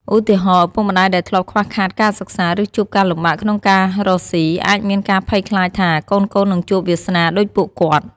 ឧទាហរណ៍ ឪពុកម្ដាយដែលធ្លាប់ខ្វះខាតការសិក្សា ឬជួបការលំបាកក្នុងការរកស៊ី អាចមានការភ័យខ្លាចថា កូនៗនឹងជួបវាសនាដូចពួកគាត់។